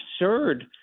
absurd